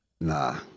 Nah